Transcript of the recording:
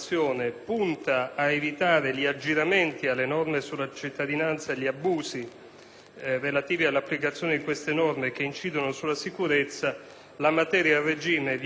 relativi all'applicazione delle disposizioni che incidono sulla sicurezza. La materia a regime viene in questo momento considerata e approfondita dalla Camera e quindi, in coerenza